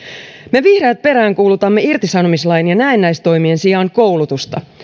me vihreät peräänkuulutamme irtisanomislain ja näennäistoimien sijaan koulutusta